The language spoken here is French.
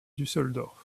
düsseldorf